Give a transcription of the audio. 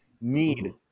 need